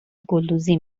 گلدوزی